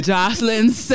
Jocelyn's